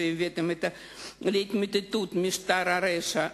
שהבאתם להתמוטטות משטר הרשע,